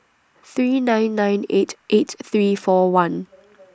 three nine nine eight eight three four one